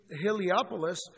Heliopolis